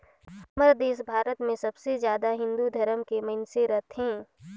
हमर देस भारत मे सबले जादा हिन्दू धरम के मइनसे रथें